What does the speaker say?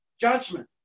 judgment